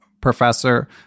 professor